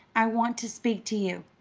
i want to speak to you,